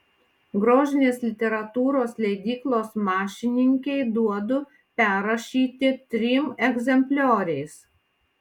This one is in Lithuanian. grožinės literatūros leidyklos mašininkei duodu perrašyti trim egzemplioriais